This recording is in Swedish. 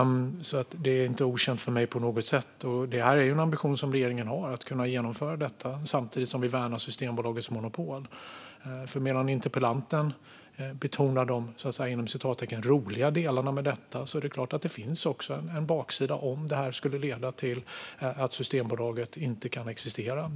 Detta är alltså inte okänt för mig på något sätt, och regeringens ambition är att kunna genomföra detta samtidigt som vi värnar Systembolagets monopol. Medan interpellanten betonar de "roliga" delarna med detta är det klart att det också finns en baksida om det här skulle leda till att Systembolaget inte kan existera.